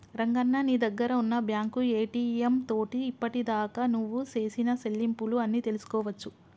రంగన్న నీ దగ్గర ఉన్న బ్యాంకు ఏటీఎం తోటి ఇప్పటిదాకా నువ్వు సేసిన సెల్లింపులు అన్ని తెలుసుకోవచ్చు